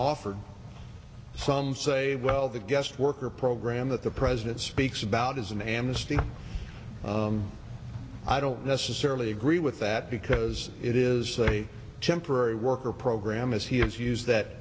offered some say well the guest worker program that the president speaks about isn't hamstrung i don't necessarily agree with that because it is a temporary worker program as he has used that